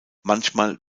manchmal